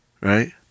right